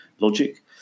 logic